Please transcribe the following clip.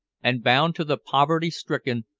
and bound to the poverty-stricken,